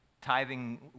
tithing